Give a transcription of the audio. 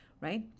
Right